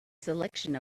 selection